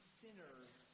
sinners